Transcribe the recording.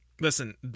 Listen